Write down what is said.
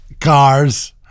cars